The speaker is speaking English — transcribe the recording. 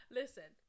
listen